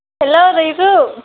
हेल' रैजु